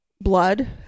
blood